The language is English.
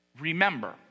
Remember